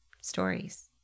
stories